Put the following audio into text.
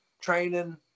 training